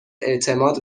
اعتماد